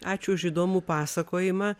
ačiū už įdomų pasakojimą